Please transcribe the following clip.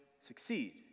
succeed